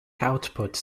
output